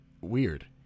weird